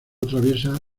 atraviesa